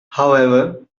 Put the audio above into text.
however